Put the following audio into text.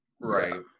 Right